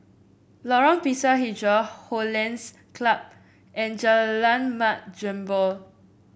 Lorong Pisang hijau Hollandse Club and Jalan Mat Jambol